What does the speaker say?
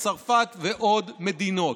צרפת ועוד מדינות.